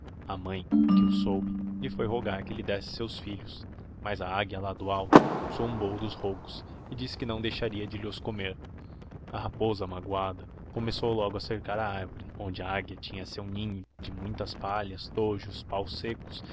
a mãe que o soube lhe foi rogar que lhe desse seus filhos mas a águia lá do alto zombou dos rogos e disse que não deixaria de lhos comer a raposa magoada começou logo a cercar a arvore onde a águia tinha seu ninho de muitas palhas tojos páos seccos